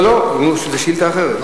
לא, זה שאילתא אחרת.